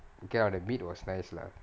okay lah that meat was nice lah